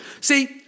See